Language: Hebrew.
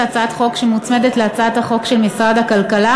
הצעת חוק שמוצמדת להצעת החוק של משרד הכלכלה,